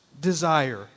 desire